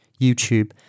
YouTube